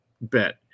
bet